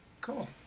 Cool